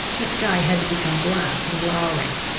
the sky had become black and lowring,